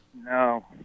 No